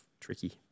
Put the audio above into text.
tricky